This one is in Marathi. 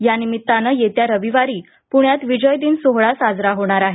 यानिमित्तानं येत्या रविवारी पुण्यात विजय दिन सोहळा साजरा होणार आहे